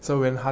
so when 他